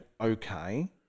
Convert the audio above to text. okay